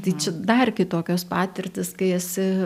tai čia dar kitokios patirtys kai esi